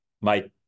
Mike